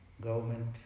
Government